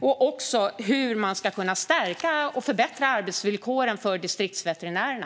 Det gäller även hur man ska kunna stärka och förbättra arbetsvillkoren för distriktsveterinärerna.